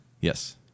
yes